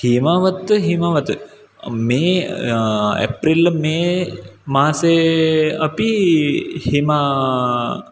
हिमवत् हिमवत् मे April May मासे अपि हिमा